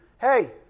hey